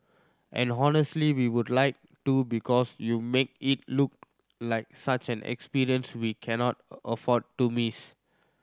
and honestly we would like to because you make it look like such an experience we cannot a afford to miss